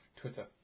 Twitter